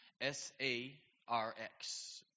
S-A-R-X